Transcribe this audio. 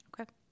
Okay